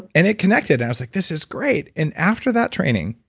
and it connected and i was like, this is great. and after that training,